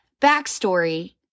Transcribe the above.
backstory